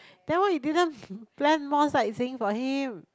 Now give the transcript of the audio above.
then why you didn't plan more sightseeing for him